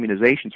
immunizations